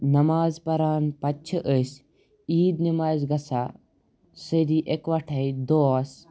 نماز پَران پتہٕ چھِ أسۍ عیٖد نمازِ گَژھان سٲری اِکوَٹٕے دوس